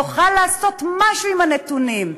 נוכל לעשות משהו עם הנתונים,